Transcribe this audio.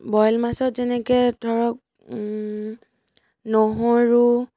boil মাছত যেনেকৈ ধৰক নহৰু